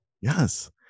Yes